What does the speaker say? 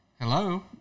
Hello